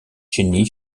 jenny